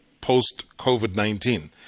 post-COVID-19